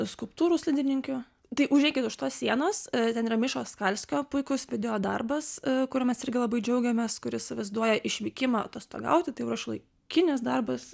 skulptūrų slidininkių tai užeikit už tos sienos ten yra mišos skalskio puikus video darbas kur mes irgi labai džiaugiamės kuris vaizduoja išvykimą atostogauti tai va šiuolaikinis darbas